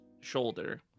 shoulder